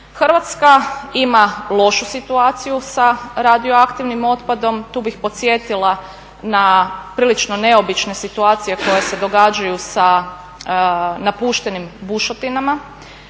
Hrvatska ima lošu situaciju sa radioaktivnim otpadom. Tu bih podsjetila na prilično neobične situacije koje se događaju sa napuštenim bušotinama.